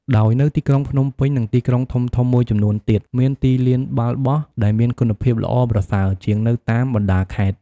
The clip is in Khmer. ដោយនៅទីក្រុងភ្នំពេញ និងទីក្រុងធំៗមួយចំនួនទៀត មានទីលានបាល់បោះដែលមានគុណភាពល្អប្រសើរជាងនៅតាមបណ្ដាខេត្ត។